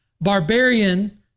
barbarian